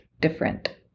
different